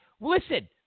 Listen